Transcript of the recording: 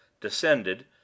descended